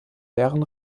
leeren